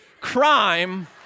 crime